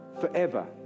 forever